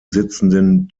sitzenden